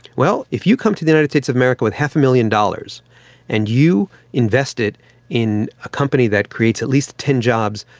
well, if you come to the united states of america with half a million dollars and you invest it in a company that creates at least ten jobs,